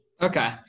Okay